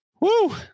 Woo